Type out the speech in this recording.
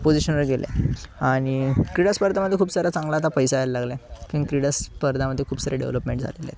पोजीशनवर गेले आणि क्रीडास्पर्धामध्ये खूप साऱ्या चांगला आता पैसा यायला लागला आहे क्रीडा स्पर्धामध्ये खूप सारे डेव्हलपमेंट झालेले आहेत